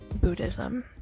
Buddhism